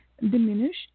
diminish